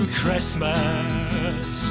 christmas